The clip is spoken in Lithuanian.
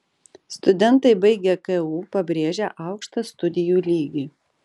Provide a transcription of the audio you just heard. studentai baigę ku pabrėžia aukštą studijų lygį